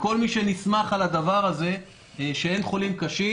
כל מי שנסמך על הדבר הזה, שאין חולים קשים